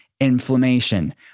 inflammation